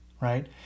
right